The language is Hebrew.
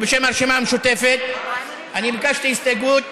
בשם הרשימה המשותפת אני ביקשתי הסתייגות: